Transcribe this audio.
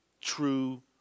true